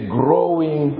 growing